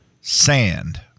Sand